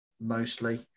mostly